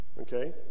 Okay